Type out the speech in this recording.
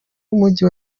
w’umujyi